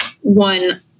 one